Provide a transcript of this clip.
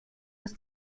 des